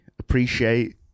appreciate